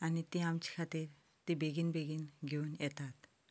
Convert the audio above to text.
आनी ते आमचे खातीर ती बेगीन बेगीन घेवन येतात